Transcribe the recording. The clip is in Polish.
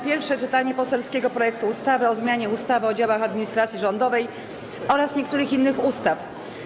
Pierwsze czytanie poselskiego projektu ustawy o zmianie ustawy o działach administracji rządowej oraz niektórych innych ustaw.